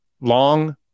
Long